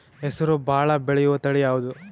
ಹೆಸರು ಭಾಳ ಬೆಳೆಯುವತಳಿ ಯಾವದು?